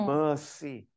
mercy